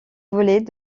volet